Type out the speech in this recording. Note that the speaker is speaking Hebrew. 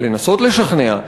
לנסות לשכנע,